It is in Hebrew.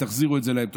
תחזירו להם את זה.